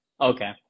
Okay